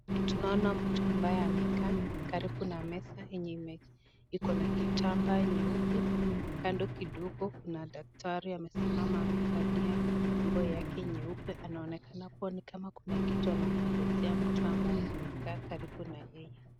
Tunaona mtu ambaye amekaa karibu na meza yenye iko na kitambaa nyeupe, kando kidogo kuna daktari amesimama amevalia nguo yake nyeupe anaonekana ni kama kitu anamwelezea mtu ambaye amekaa karibu na yeye.